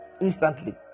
Instantly